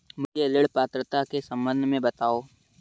मुझे ऋण पात्रता के सम्बन्ध में बताओ?